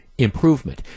Improvement